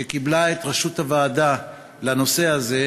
שקיבלה את ראשות הוועדה בנושא הזה,